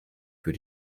für